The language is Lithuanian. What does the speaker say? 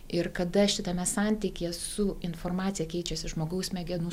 ir kada šitame santykyje su informacija keičiasi žmogaus smegenų